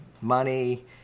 money